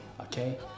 Okay